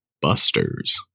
Busters